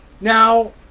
Now